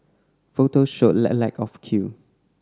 photos showed a lack of queue